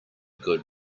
good